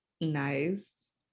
Nice